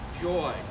joy